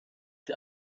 die